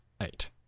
eight